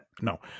No